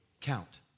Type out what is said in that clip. count